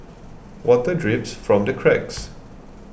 water drips from the cracks